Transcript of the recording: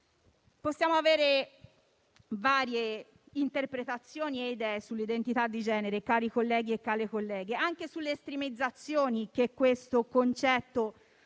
Possiamo avere varie interpretazioni e idee sull'identità di genere - cari colleghi e care colleghe - anche sulle estremizzazioni che questo concetto